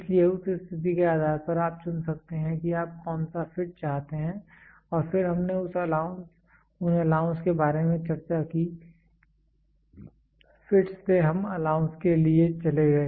इसलिए उस स्थिति के आधार पर आप चुन सकते हैं कि आप कौन सा फिट चाहते हैं और फिर हमने उन अलाउंस के बारे में चर्चा की फिटस् से हम अलाउंस के लिए चले गए